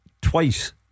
Twice